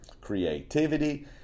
creativity